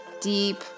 deep